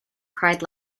cried